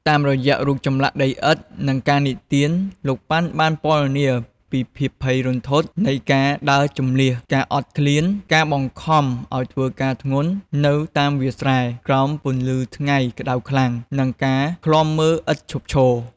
តាមរយៈរូបចម្លាក់ដីឥដ្ឋ និងការនិទាន លោក ប៉ាន់ បានពណ៌នាពីភាពភ័យរន្ធត់នៃការដើរជម្លៀស ការអត់ឃ្លាន ការបង្ខំឲ្យធ្វើការធ្ងន់នៅតាមវាលស្រែ ក្រោមពន្លឺថ្ងៃក្ដៅខ្លាំង និងការឃ្លាំមើលឥតឈប់ឈរ។